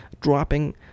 dropping